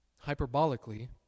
Hyperbolically